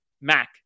Mac